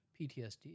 PTSD